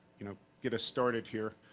you know get us started here.